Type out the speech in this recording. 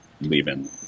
leaving